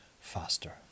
faster